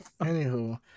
Anywho